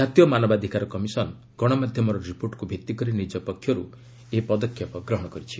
ଜାତୀୟ ମାନବାଧିକାର କମିଶନ ଗଣମାଧ୍ୟମର ରିପୋର୍ଟକ୍ ଭିତ୍ତିକରି ନିଜ ପକ୍ଷର୍ ଏହି ପଦକ୍ଷେପ ଗ୍ରହଣ କରିଛି